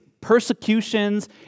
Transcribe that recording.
persecutions